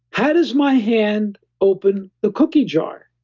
how does my hand open the cookie jar?